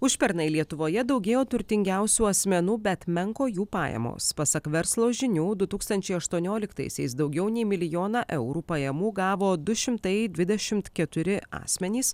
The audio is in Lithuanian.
užpernai lietuvoje daugėjo turtingiausių asmenų bet menko jų pajamos pasak verslo žinių du tūkstančiai aštuonioliktaisiais daugiau nei milijoną eurų pajamų gavo du šimtai dvidešimt keturi asmenys